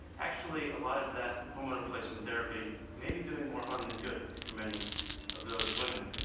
actually, a lot of that hormone replacement therapy may be doing more harm than good for many of those women.